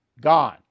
Gone